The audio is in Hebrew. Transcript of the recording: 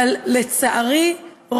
אבל לצערי,